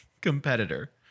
competitor